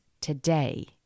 today